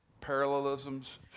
parallelisms